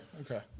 okay